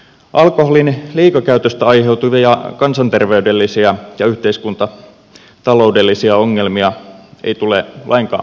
alkoholin liikakäytöstä aiheutuvia kansanter veydellisiä ja yhteiskuntataloudellisia ongelmia ei tule lainkaan vähätellä